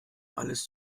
alles